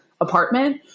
apartment